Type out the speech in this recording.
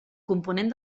component